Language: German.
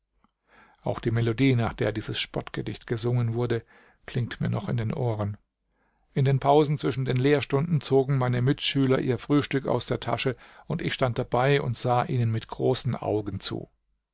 auch die melodie nach der dieses spottgedicht gesungen wurde klingt mir noch in den ohren in den pausen zwischen den lehrstunden zogen meine mitschüler ihr frühstück aus der tasche und ich stand dabei und sah ihnen mit großen augen zu